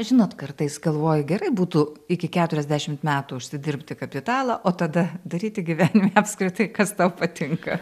žinot kartais galvoju gerai būtų iki keturiasdešimt metų užsidirbti kapitalą o tada daryti gyvenime apskritai kas tau patinka